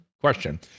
question